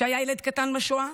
שהיה ילד קטן בשואה,